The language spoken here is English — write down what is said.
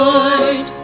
Lord